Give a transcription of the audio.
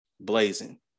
blazing